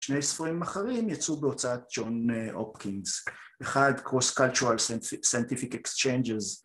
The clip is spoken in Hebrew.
שני ספרים אחרים יצאו בהוצאת ג'ון אופקינגס, אחד Cross-Cultural Scientific Exchanges